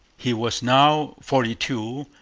he was now forty-two,